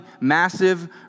massive